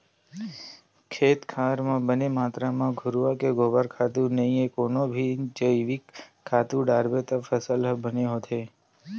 खेत खार म बने मातरा म घुरूवा के गोबर खातू नइते कोनो भी जइविक खातू डारबे त फसल ह बने होथे